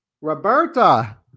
Roberta